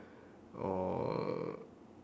or